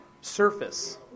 surface